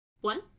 One